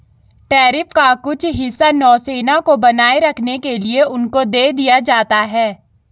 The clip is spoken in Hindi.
टैरिफ का कुछ हिस्सा नौसेना को बनाए रखने के लिए उनको दे दिया जाता है